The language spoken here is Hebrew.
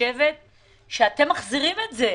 אתם מחזירים את זה.